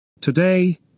Today